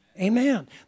Amen